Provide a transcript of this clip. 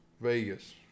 Vegas